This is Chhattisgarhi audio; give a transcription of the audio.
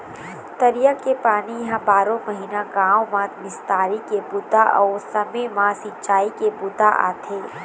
तरिया के पानी ह बारो महिना गाँव म निस्तारी के बूता अउ समे म सिंचई के बूता आथे